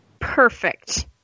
Perfect